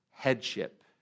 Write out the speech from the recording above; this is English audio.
headship